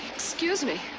excuse me!